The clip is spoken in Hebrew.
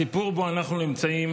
הסיפור שבו אנחנו נמצאים